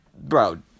bro